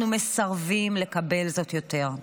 אנחנו מסרבים לקבל זאת יותר.